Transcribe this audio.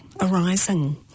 arising